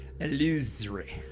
Illusory